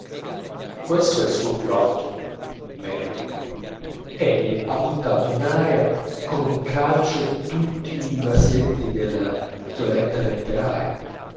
questo è il suo più alto merito egli ha buttato in aria con un calcio tutti i vasetti della toeletta letteraria